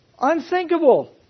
unthinkable